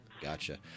Gotcha